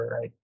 Right